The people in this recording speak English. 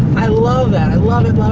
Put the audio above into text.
i love that. i love it,